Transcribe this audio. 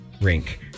rink